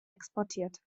exportiert